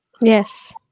Yes